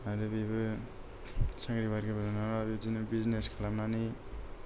आरो बेबो साख्रि बाख्रि मोनाबा बेबादिनो बिजनेस खालामनानै